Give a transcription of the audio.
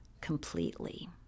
completely